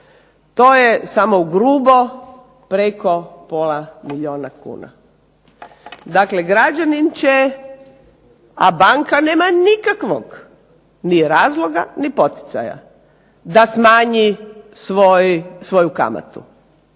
To je samo ugrubo preko pola milijuna kuna. Dakle građanin će, a banka nema nikakvog ni razloga ni poticaja da smanji svoju kamatu.